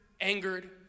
angered